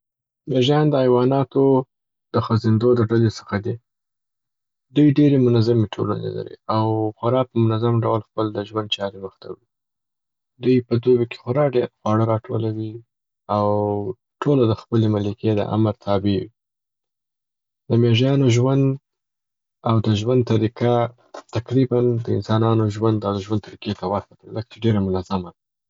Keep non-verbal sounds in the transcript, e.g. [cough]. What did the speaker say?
[noise] میږیان د حیواناتو د خزیندو د ‌ډلې څخه دي. دوي ډېري منظمې ټولني لري او خورا په منظم ډول خپل د ژوند چاري مخ ته وړي. دوي په دوبي کي خورا ډېر خواړه را ټولوي او ټوله د خپلې ملکې د امر تابع وي. د میږیانو ژوند، او د ژوند طریقه تقریباً د انسانانو ژوند او د ژوند [noise] طریقې ته ورته ده ځکه چې ډېره منظمه ده.